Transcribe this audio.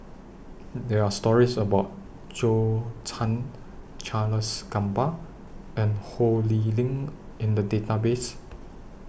There Are stories about Zhou Can Charles Gamba and Ho Lee Ling in The Database